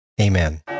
Amen